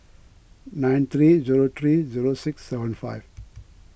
nine three zero three zero six seven five